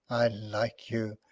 like you,